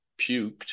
puked